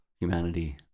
humanity